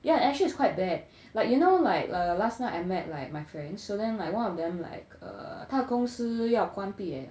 yeah actually it's quite bad like you know like err last night I met like my friend so then like one of them like err 他的公司要关闭 eh